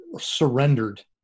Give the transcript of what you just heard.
surrendered